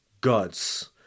gods